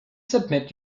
submit